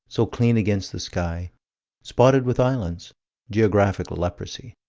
so clean against the sky spotted with islands geographic leprosy.